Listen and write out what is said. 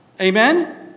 Amen